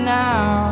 now